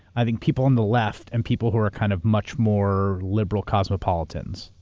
i think people on the left and people who are kind of much more liberal cosmopolitans,